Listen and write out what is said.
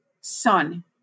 son